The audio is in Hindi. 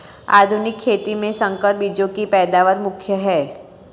आधुनिक खेती में संकर बीजों की पैदावार मुख्य हैं